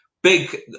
Big